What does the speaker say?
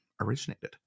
originated